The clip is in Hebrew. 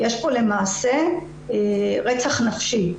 יש כאן למעשה רצח נפשי.